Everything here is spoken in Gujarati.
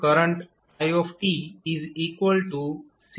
તો કરંટ iCdvdt છે